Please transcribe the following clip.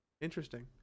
interesting